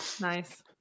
Nice